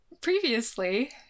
previously